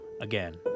again